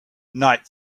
night